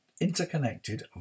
interconnected